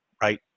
right